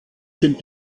sind